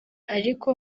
ariko